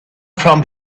from